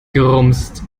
gerumst